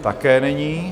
Také není.